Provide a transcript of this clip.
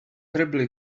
terribly